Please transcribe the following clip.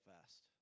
fast